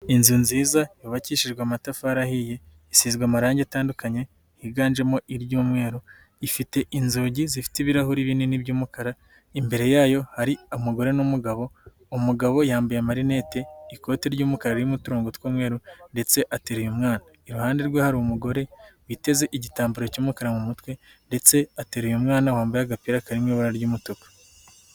Inzu nziza yubakishijwe amatafari ahiye, isizwe amarangi atandukanye, higanjemo iry'umweru, ifite inzugi zifite ibirahuri binini by'umukara, imbere yayo hari umugore n'umugabo, umugabo yambaye amarinete, ikoti ry'umukara ririmo uturongo tw'umweru, ndetse ateruye umwana. Iruhande rwe hari umugore, witeze igitambaro cy'umukara mu mutwe, ndetse ateruye umwana wambaye agapira karimo ibara ry'umutuku.